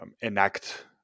enact